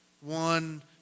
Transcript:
One